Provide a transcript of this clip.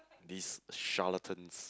these charlatans